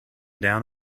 down